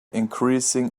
increasing